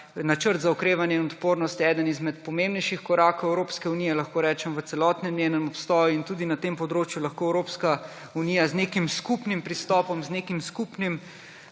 Načrt za okrevanje in odpornost je eden izmed pomembnejših korakov Evropske unije, lahko rečem, v celotnem njenem obstoju. In tudi na tem področju lahko Evropska unija z nekim skupnim pristopom, z nekim skupnim